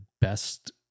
best